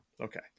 Okay